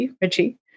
Richie